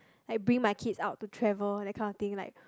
like bring my kids out to travel that kind of thing like